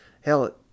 hell